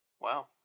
Wow